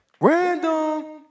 Random